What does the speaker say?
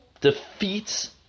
defeats